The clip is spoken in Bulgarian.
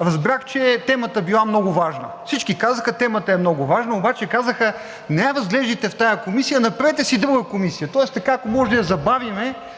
разбрах, че темата била много важна. Всички казаха – темата е много важна. Обаче казаха, не я разглеждайте в тази комисия, направете си друга комисия, тоест, така, ако можем да я забавим.